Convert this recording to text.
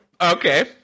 Okay